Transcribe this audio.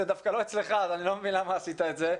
דווקא לא אצלך אז אני לא מבין למה עשית את זה.